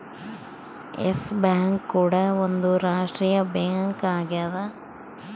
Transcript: S bank ಕೂಡ ಒಂದ್ ರಾಷ್ಟ್ರೀಯ ಬ್ಯಾಂಕ್ ಆಗ್ಯದ